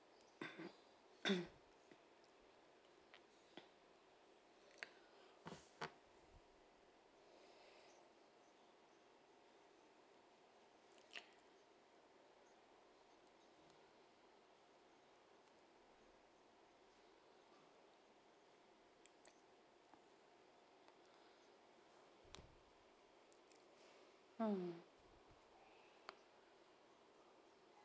mm